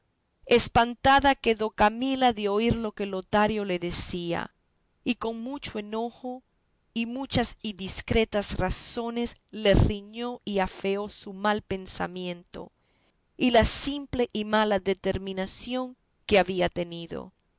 espantada quedó camila de oír lo que lotario le decía y con mucho enojo y muchas y discretas razones le riñó y afeó su mal pensamiento y la simple y mala determinación que había tenido